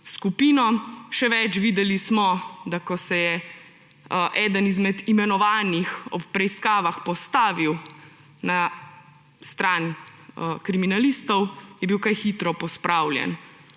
skupino. Še več, videli smo, da ko se je eden izmed imenovanih ob preiskavah postavil na stran kriminalistov, je bil kaj hitro pospravljen.